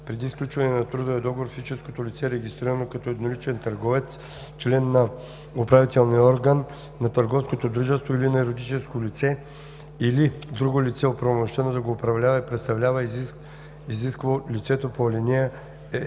Преди сключването на трудовия договор физическото лице, регистрирано като едноличен търговец, член на управителния орган на търговското дружество или на юридическото лице, или друго лице, оправомощено да го управлява и представлява изисква от лицето по ал.